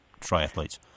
triathletes